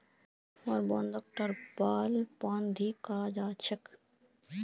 war बांडक perpetual bond भी कहाल जाछे